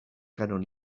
kanon